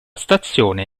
stazione